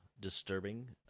disturbing